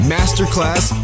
Masterclass